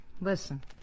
Listen